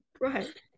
right